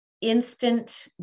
instant